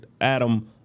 Adam